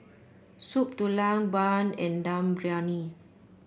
Soup Tulang bun and Dum Briyani